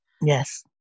yes